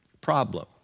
problem